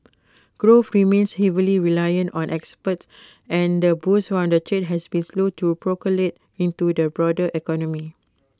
growth remains heavily reliant on exports and the boost from the trade has been slow to percolate into the broader economy